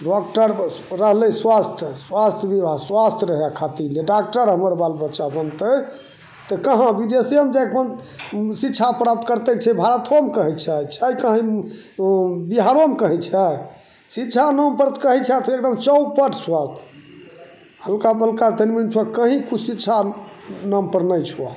doctor रहलै स्वस्थ स्वास्थ्य विभाग स्वस्थ रहै खातिर जे डॉकटर अगर बाल बच्चा बनतै तऽ कहाँ विदेशेमे जाके अपन शिक्षा प्राप्त करतै कि छै भारतोमे कहीँ छै छै कहीँ ओ बिहारोमे कहीँ छै शिक्षा नामपर तऽ कहै छऽ आब एकदम चौपट सब हल्का फलका कहीँ तऽ किछु शिक्षा नामपर नहि छऽ